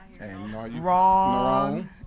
Wrong